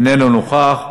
איננו נוכח,